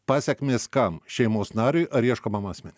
pasekmės kam šeimos nariui ar ieškomam asmeniui